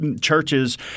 churches